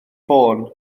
ffôn